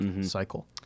cycle